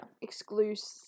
exclusive